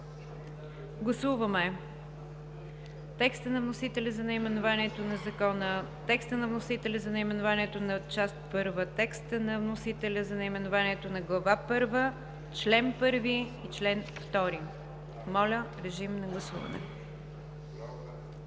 Гласуваме текста на вносителя за наименованието на Закона, текста на вносителя за наименованието на Част първа, текста на вносителя за наименованието на Глава първа, чл. 1 и чл. 2. Гласували